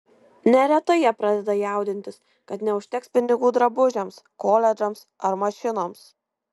neretai jie pradeda jaudintis kad neužteks pinigų drabužiams koledžams ar mašinoms